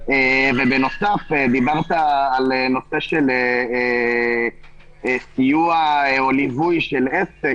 בנוסף, דיברת על נושא של סיוע או ליווי של עסק.